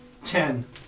Ten